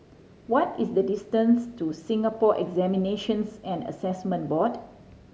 what is the distance to Singapore Examinations and Assessment Board